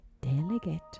delegate